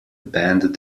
band